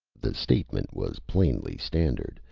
the statement was plainly standard,